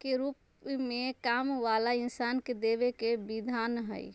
के रूप में काम वाला इन्सान के देवे के विधान हई